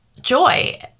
joy